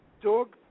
dog